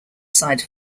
side